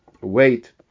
wait